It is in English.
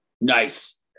Nice